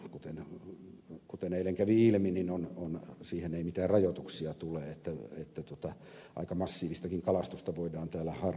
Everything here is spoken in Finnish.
myöskään edes ammattikalastukseen kuten eilen kävi ilmi ei mitään rajoituksia tule että aika massiivistakin kalastusta voidaan täällä harjoittaa